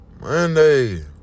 Monday